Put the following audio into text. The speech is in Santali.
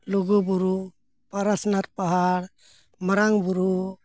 ᱞᱩᱜᱩᱵᱩᱨᱩ ᱯᱚᱨᱮᱥᱱᱟᱛᱷ ᱯᱟᱦᱟᱲ ᱢᱟᱨᱟᱝ ᱵᱩᱨᱩ